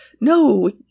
No